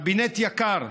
קבינט יקר,